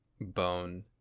bone